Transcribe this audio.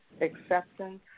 acceptance